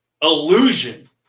illusion